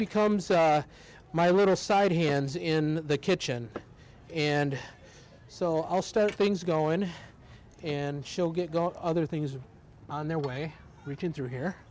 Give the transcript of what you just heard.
becomes my little side hands in the kitchen and so i'll start things going and she'll get other things on their way reaching through here